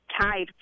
tied